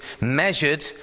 measured